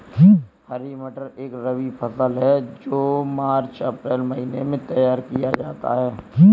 हरी मटर एक रबी फसल है जो मार्च अप्रैल महिने में तैयार किया जाता है